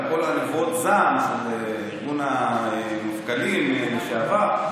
כל נבואות הזעם של ארגון המפכ"לים לשעבר,